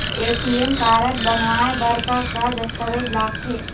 ATM card बनवाए बर का का दस्तावेज लगथे?